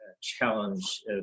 challenge